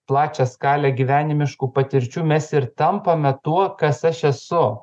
plačią skalę gyvenimiškų patirčių mes ir tampame tuo kas aš esu